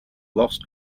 lost